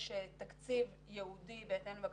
יש תקציב ייעודי בהתאם לבקשתנו,